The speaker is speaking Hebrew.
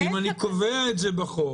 אם אני קובע את זה בחוק